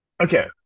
Okay